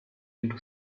into